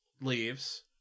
leaves